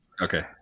Okay